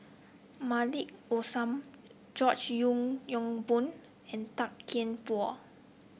Maliki Osman George Yeo Yong Boon and Tan Kian Por